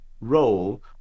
role